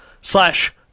slash